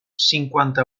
cinquanta